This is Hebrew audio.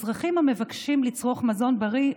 אזרחים המבקשים לצרוך מזון בריא,